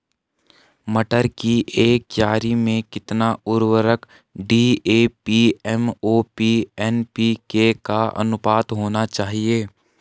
मटर की एक क्यारी में कितना उर्वरक डी.ए.पी एम.ओ.पी एन.पी.के का अनुपात होना चाहिए?